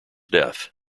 death